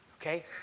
Okay